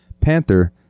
Panther